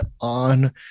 on